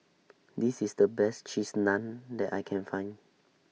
This IS The Best Cheese Naan that I Can Find